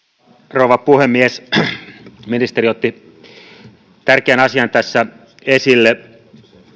rouva puhemies ministeri otti tärkeän asian tässä esille